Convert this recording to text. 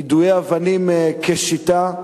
יידוי אבנים כשיטה.